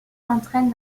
entraîne